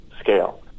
scale